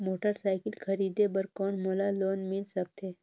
Motorcycle खरीदे बर कौन मोला लोन मिल सकथे?